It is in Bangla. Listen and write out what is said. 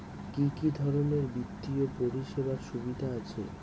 কি কি ধরনের বিত্তীয় পরিষেবার সুবিধা আছে?